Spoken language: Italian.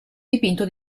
dipinto